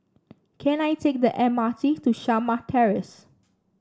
can I take the M R T to Shamah Terrace